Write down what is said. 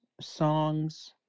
songs